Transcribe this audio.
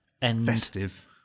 Festive